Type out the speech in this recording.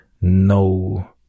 no